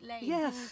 Yes